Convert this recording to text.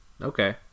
okay